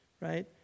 right